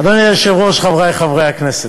אדוני היושב-ראש, חברי חברי הכנסת,